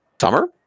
summer